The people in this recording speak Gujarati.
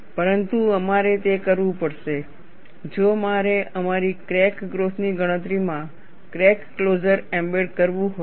પરંતુ અમારે તે કરવું પડશે જો મારે અમારી ક્રેક ગ્રોથ ની ગણતરીમાં ક્રેક ક્લોઝર એમ્બેડ કરવું હોય